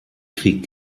krieg